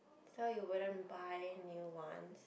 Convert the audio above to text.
so you wouldn't buy a new one